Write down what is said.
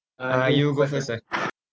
uh you go first ah